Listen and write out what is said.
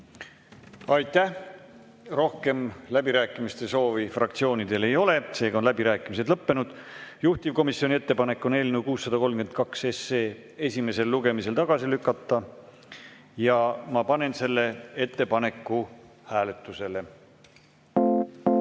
Aitäh! Rohkem läbirääkimiste soovi fraktsioonidel ei ole, seega on läbirääkimised lõppenud. Juhtivkomisjoni ettepanek on eelnõu 632 esimesel lugemisel tagasi lükata ja ma panen selle ettepaneku hääletusele. Head